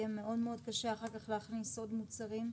יהיה מאוד קשה אחר כך להכניס עוד מוצרים.